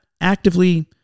actively